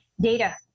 Data